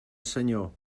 senyor